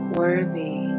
worthy